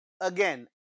again